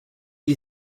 you